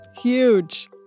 Huge